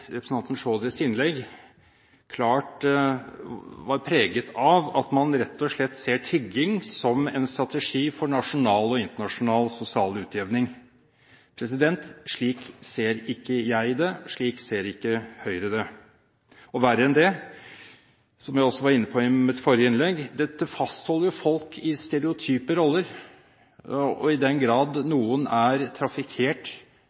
representanten Chaudhrys innlegg klart var preget av at man rett og slett ser tigging som en strategi for nasjonal og internasjonal sosial utjevning: Slik ser ikke jeg det, slik ser ikke Høyre det. Og verre enn det, som jeg også var inne på i mitt forrige innlegg: Dette fastholder folk i stereotype roller. I den grad